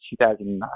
2009